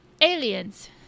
Aliens